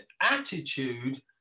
attitude